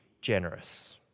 generous